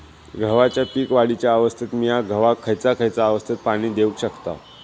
गव्हाच्या पीक वाढीच्या अवस्थेत मिया गव्हाक खैयचा खैयचा अवस्थेत पाणी देउक शकताव?